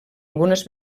algunes